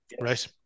Right